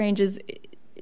ranges